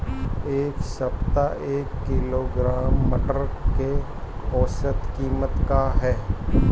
एक सप्ताह एक किलोग्राम मटर के औसत कीमत का ह?